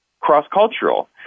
cross-cultural